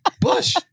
Bush